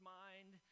mind